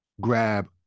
grab